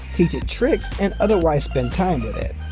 teach it tricks, and otherwise spend time with it.